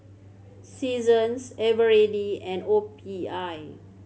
Seasons Eveready and O P I